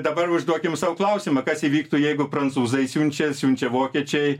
dabar užduokim sau klausimą kas įvyktų jeigu prancūzai siunčia siunčia vokiečiai